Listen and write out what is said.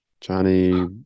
Johnny